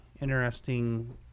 interesting